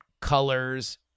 colors